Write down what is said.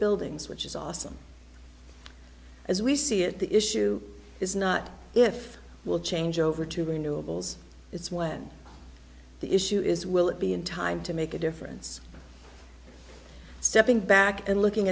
buildings which is awesome as we see it the issue is not if it will change over to renewables it's when the issue is will it be in time to make a difference stepping back and looking